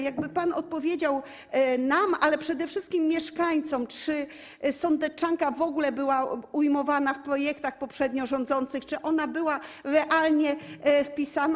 Proszę, żeby odpowiedział pan nam, ale przede wszystkim mieszkańcom, czy sądeczanka w ogóle była ujmowana w projektach poprzednio rządzących, czy ona była realnie wpisana.